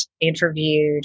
interviewed